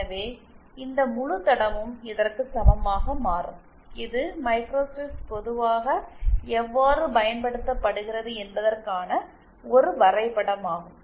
எனவே இந்த முழு தடமும் இதற்கு சமமாக மாறும் இது மைக்ரோஸ்ட்ரிப்ஸ் பொதுவாக எவ்வாறு பயன்படுத்தப்படுகிறது என்பதற்கான ஒரு வரைபடமாகும்